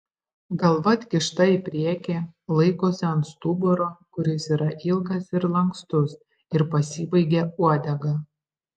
galva atkišta į priekį laikosi ant stuburo kuris yra ilgas ir lankstus ir pasibaigia uodega